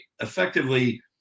Effectively